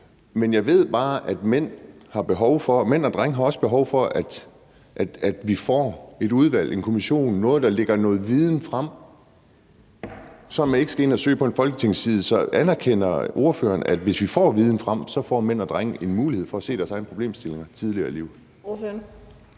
Men jeg ved bare, at mænd og drenge også har behov for, at vi får et udvalg, en kommission, der lægger noget viden frem, så man ikke skal ind og søge på ft.dk. Så anerkender ordføreren, at hvis vi får viden frem, får mænd og drenge en mulighed for at se på deres egne problemstillinger tidligere i livet?